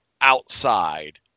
outside